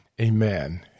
Amen